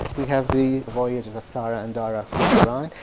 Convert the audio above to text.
we have the voyages of sara and dara through iran.